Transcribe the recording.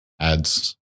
ads